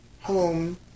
home